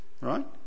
right